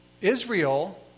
Israel